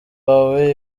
wawe